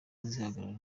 zihagarara